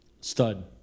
stud